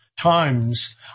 times